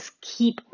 keep